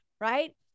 right